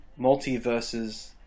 multiverses